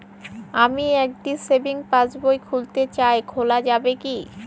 আমি একটি সেভিংস পাসবই খুলতে চাই খোলা যাবে কি?